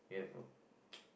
we have a